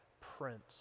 prince